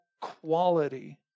quality